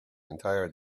entire